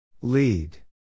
Lead